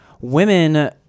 women